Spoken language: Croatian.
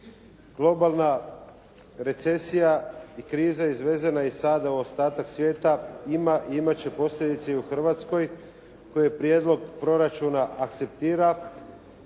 Globalna recesija i kriza izvezena iz SAD-a u ostatak svijeta ima i imati će posljedice u Hrvatskoj, koji je prijedlog proračuna akceptira